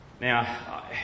Now